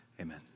Amen